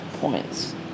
points